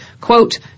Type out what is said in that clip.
quote